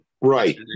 Right